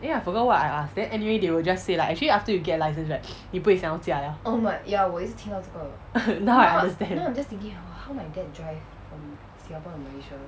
eh I forgot what I ask then anyway they will just say like actually after you get licence right 你不会想要驾 liao now I understand